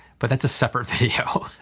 but that's a separate video.